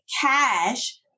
cash